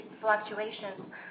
fluctuations